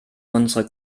unsere